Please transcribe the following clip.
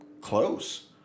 close